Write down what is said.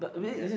yeap